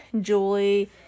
Julie